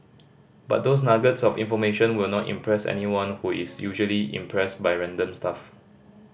but those nuggets of information will not impress anyone who is usually impressed by random stuff